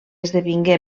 esdevingué